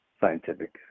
scientific